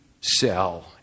sell